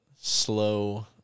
slow